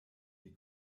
die